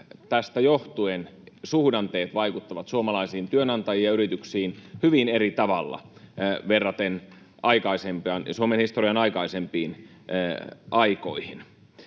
tästä johtuen suhdanteet vaikuttavat suomalaisiin työnantajiin ja yrityksiin hyvin eri tavalla verraten Suomen historian aikaisempiin aikoihin.